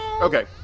Okay